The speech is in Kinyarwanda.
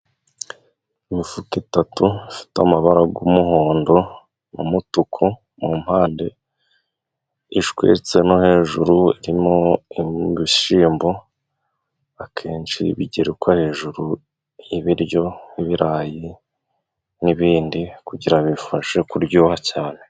Imifuka itatu ifite amabara y'umuhondo n'umutuku mu mpande, ishwetse no hejuru, irimo ibishyimbo akenshi bigerekwa hejuru y'ibiryo nk'ibirayi, n'ibindi kugirango bibifashe kuryoha cyane.